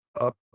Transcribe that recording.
up